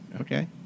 Okay